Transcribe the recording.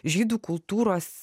žydų kultūros